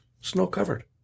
snow-covered